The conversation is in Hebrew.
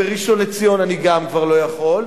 בראשון-לציון אני גם כבר לא יכול,